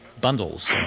bundles